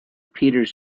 peters